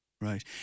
right